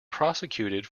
prosecuted